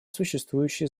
существующая